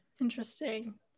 Interesting